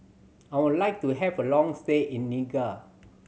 I would like to have a long stay in Niger